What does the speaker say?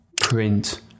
print